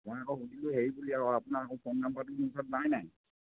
মই আকৌ সুধিলোঁ হেৰি বুলি আকৌ আপোনাৰ আকৌ ফোন নাম্বাৰটো মোৰ ওচৰত নাই নাই